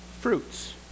fruits